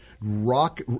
rock